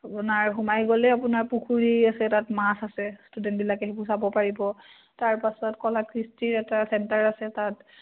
আপোনাৰ সোমাই গ'লে আপোনাৰ পুখুৰী আছে তাত মাছ আছে ষ্টুডেণ্টবিলাকে সেইবোৰ চাব পাৰিব তাৰপাছত কলাকৃষ্টিৰ এটা চেণ্টাৰ আছে তাত